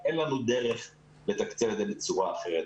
אין לנו דרך לתקצב בצורה אחרת.